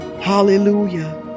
Hallelujah